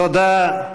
תודה.